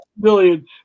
billion